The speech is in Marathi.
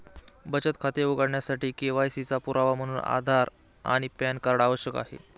बचत खाते उघडण्यासाठी के.वाय.सी चा पुरावा म्हणून आधार आणि पॅन कार्ड आवश्यक आहे